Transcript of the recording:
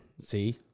See